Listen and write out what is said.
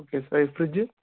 okay sir ఈ fridge